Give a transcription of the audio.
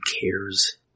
cares